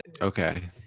okay